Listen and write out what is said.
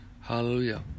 Hallelujah